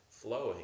flowing